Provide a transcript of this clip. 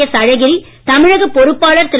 S அழகிரி தமிழக பொறுப்பாளர் திரு